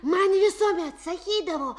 man visuomet sakydavo